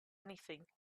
anything